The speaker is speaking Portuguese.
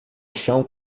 chão